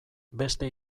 beste